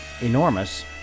enormous